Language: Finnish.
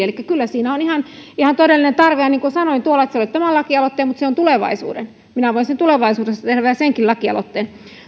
elikkä kyllä siinä on ihan ihan todellinen tarve ja niin kuin sanoin se ei ole tämän lakialoitteen mutta se on tulevaisuuden asia minä voisin tulevaisuudessa tehdä vielä senkin lakialoitteen